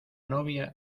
novia